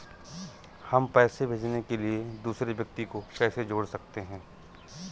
हम पैसे भेजने के लिए दूसरे व्यक्ति को कैसे जोड़ सकते हैं?